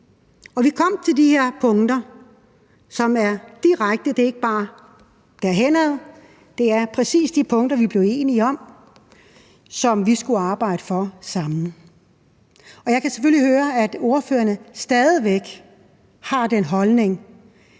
vi kom til de her punkter, som direkte og præcis er de punkter, vi blev enige om at arbejde for sammen. Jeg kan selvfølgelig høre, at ordførererne stadig væk har den holdning,